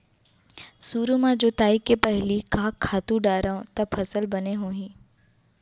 सुरु म जोताई के पहिली का खातू डारव त फसल बने होही?